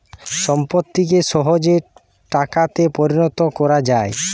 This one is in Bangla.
সম্পত্তিকে সহজে টাকাতে পরিণত কোরা যায়